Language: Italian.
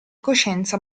coscienza